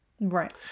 Right